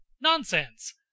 Nonsense